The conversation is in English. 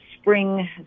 Spring